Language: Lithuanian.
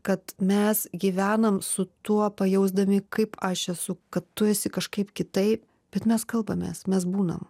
kad mes gyvenam su tuo pajausdami kaip aš esu kad tu esi kažkaip kitaip bet mes kalbamės mes būnam